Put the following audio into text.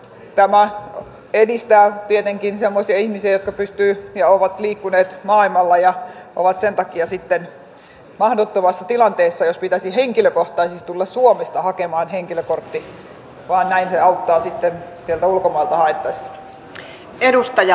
tämä hyödyttää tietenkin semmoisia ihmisiä jotka ovat liikkuneet maailmalla ja ovat sen takia sitten mahdottomassa tilanteessa jos pitäisi henkilökohtaisesti tulla suomesta hakemaan henkilökortti ja näin se auttaa sitten sieltä ulkomailta haettaessa